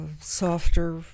softer